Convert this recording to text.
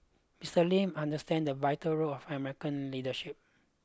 Mister Lee understood the vital role of American leadership